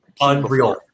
Unreal